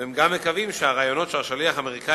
והם גם מקווים שהרעיונות שהשליח האמריקני